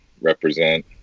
represent